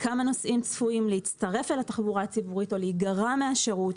כמה נוסעים צפויים להצטרף לתחבורה הציבורית או להיגרע מהשירות,